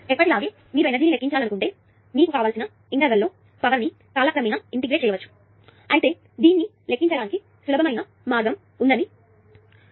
ఎప్పటిలాగే మీరు ఎనర్జీ ని లెక్కించాలనుకుంటే మీకు కావలసిన ఇంటర్వెల్ లో పవర్ ని కాల క్రమేణా ఇంటిగ్రేట్ చేయవచ్చు అయితే దీన్ని చేయడానికి సులభమైన మార్గం ఉందని తెలుసు